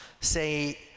say